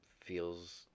feels